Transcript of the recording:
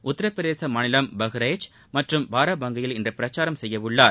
உத்தரப்பிரதேச மாநிலம் பஹ்ரைச் மற்றும் பாரபங்கியில் இன்று பிரச்சாரம் செய்ய உள்ளார்